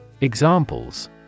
Examples